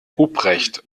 ruprecht